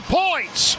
points